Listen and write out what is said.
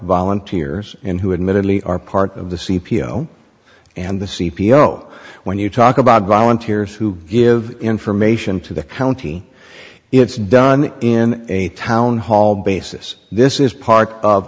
volunteers and who admittedly are part of the c p o and the c p o when you talk about volunteers who give information to the county it's done in a town hall basis this is part of